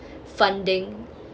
funding